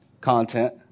content